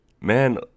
man